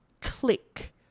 click